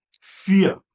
fear